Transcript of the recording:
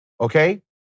Okay